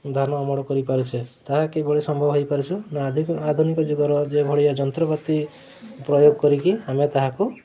ଧାନ ଅମଳ କରିପାରୁଛେ ତାହା କିଭଳି ସମ୍ଭବ ହୋଇପାରୁଛି ନା ଆଧୁନିକ ଯୁଗର ଯେଉଁଭଳିଆ ଯନ୍ତ୍ରପାତି ପ୍ରୟୋଗ କରିକି ଆମେ ତାହାକୁ